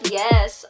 yes